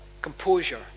composure